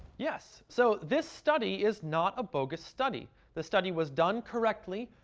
yes. so this study is not a bogus study. the study was done correctly,